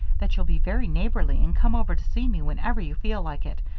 that you'll be very neighborly and come over to see me whenever you feel like it,